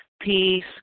peace